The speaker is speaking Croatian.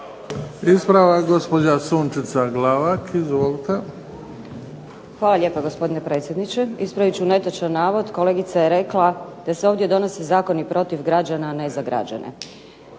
Ispravak, gospođa Sunčica Glavak. Izvolite.